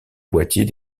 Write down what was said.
boîtier